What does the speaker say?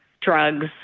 drugs